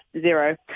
zero